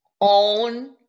own